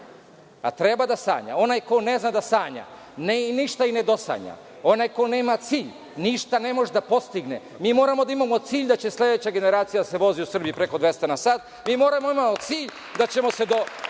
treba da sanja. Onaj ko ne zna da sanja ništa i nedosanja. Onaj ko nema cilj, ništa ne može da postigne. Mi moramo da imamo cilj da će se sledeća generacija da se vozi u Srbiji preko 200 na sat. Moramo da imamo cilj da ćemo se do